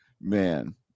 Man